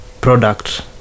product